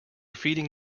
feeding